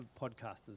Podcasters